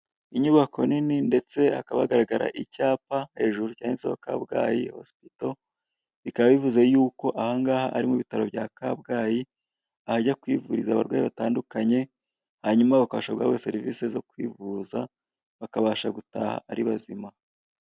Inyubako nini, ndetse hakaba hagaragara icyapa hejuru handitseho Kabgayi Hosipito, bikaba bivuze yuko ahangaha ari mu bitaro bya Kabgayi, ahajya kwivuriza abarwayi batandukanye, hanyuma bakabasha guhabwa serivise zo kwivuza, bakabasha gutaha ari bazima.